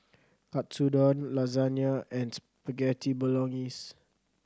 Katsudon Lasagna and Spaghetti Bolognese